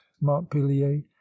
montpellier